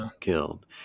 killed